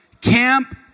camp